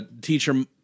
teacher